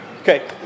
Okay